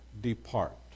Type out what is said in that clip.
depart